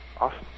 awesome